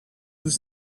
was